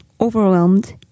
overwhelmed